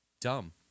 dumb